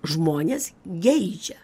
žmonės geidžia